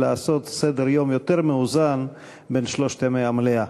ולעשות סדר-יום יותר מאוזן בין שלושת ימי המליאה.